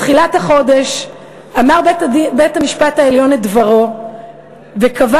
בתחילת החודש אמר בית-המשפט העליון את דברו וקבע